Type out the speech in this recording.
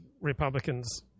Republicans